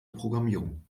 programmierung